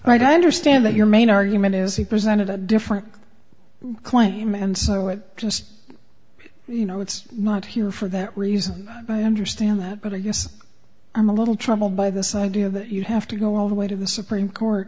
right i understand that your main argument is he presented a different claim and so i would just you know it's not here for that reason i understand that but i guess i'm a little troubled by this idea that you have to go all the way to the supreme court